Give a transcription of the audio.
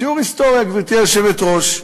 שיעור היסטוריה, גברתי היושבת-ראש,